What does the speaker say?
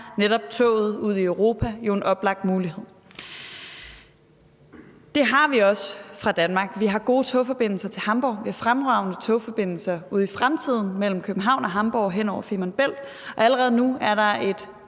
netop toget ud i Europa jo en oplagt mulighed. Den mulighed har vi også fra Danmark. Vi har gode togforbindelser til Hamborg, og vi får fremragende togforbindelser i fremtiden mellem København og Hamborg hen over Femern Bælt. Allerede nu er der en